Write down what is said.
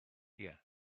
yeah